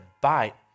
bite